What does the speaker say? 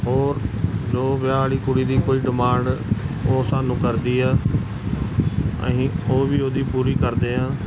ਹੋਰ ਜੋ ਵਿਆਹ ਵਾਲੀ ਕੁੜੀ ਦੀ ਕੋਈ ਡਿਮਾਂਡ ਉਹ ਸਾਨੂੰ ਕਰਦੀ ਆ ਅਸੀਂ ਉਹ ਵੀ ਉਹਦੀ ਪੂਰੀ ਕਰਦੇ ਹਾਂ